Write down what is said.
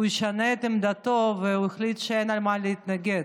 הוא ישנה את עמדתו והוא יחליט שאין על מה להתנגד,